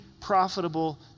profitable